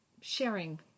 sharing